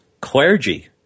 clergy